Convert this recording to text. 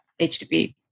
HTTP